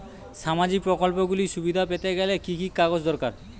সামাজীক প্রকল্পগুলি সুবিধা পেতে গেলে কি কি কাগজ দরকার?